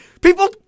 People